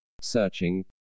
Searching